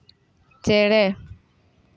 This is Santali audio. ᱪᱮᱬᱮ